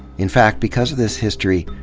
in fact, because of this history,